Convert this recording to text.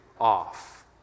off